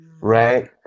Right